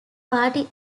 party